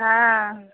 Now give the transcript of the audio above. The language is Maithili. हँ